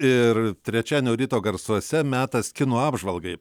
ir trečiadienio ryto garsuose metas kino apžvalgai